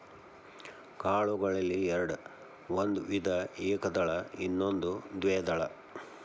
ಕಾಳುಗಳಲ್ಲಿ ಎರ್ಡ್ ಒಂದು ವಿಧ ಏಕದಳ ಇನ್ನೊಂದು ದ್ವೇದಳ